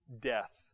death